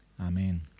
Amen